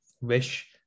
wish